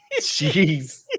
Jeez